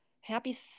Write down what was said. Happy